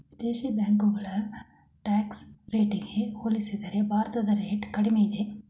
ವಿದೇಶಿ ಬ್ಯಾಂಕುಗಳ ಟ್ಯಾಕ್ಸ್ ರೇಟಿಗೆ ಹೋಲಿಸಿದರೆ ಭಾರತದ ರೇಟ್ ಕಡಿಮೆ ಇದೆ